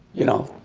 you know,